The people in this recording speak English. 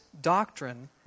doctrine